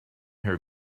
her